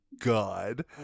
god